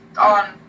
on